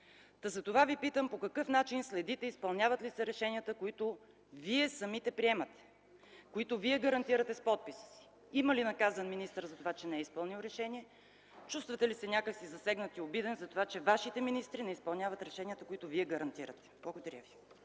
Затова Ви питам: по какъв начин следите изпълняват ли се решенията, които вие самите приемате, които Вие самият гарантирате с подписа си? Има ли наказан министър за това, че не е изпълнил решението? Чувствате ли се някак засегнат и обиден, затова че вашите министри не изпълняват решенията, които Вие гарантирате? Благодаря.